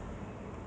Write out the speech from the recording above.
ya